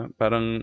parang